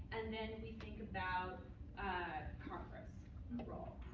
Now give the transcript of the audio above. and then we think about congress's role.